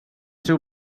ser